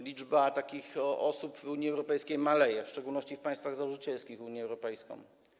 Liczba takich osób w Unii Europejskiej maleje, w szczególności w państwach założycielskich Unii Europejskiej.